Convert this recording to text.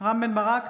רם בן ברק,